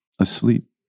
asleep